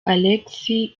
alexis